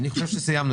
אני חושב שסיימנו.